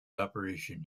operation